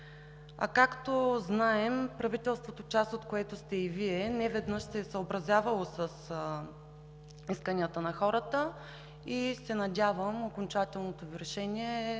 А както знаем, правителството, част от което сте и Вие, не веднъж се е съобразявало с исканията на хората и се надявам окончателното Ви решение